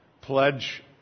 pledge